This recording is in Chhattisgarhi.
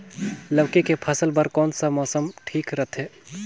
लौकी के फसल बार कोन सा मौसम हवे ठीक रथे?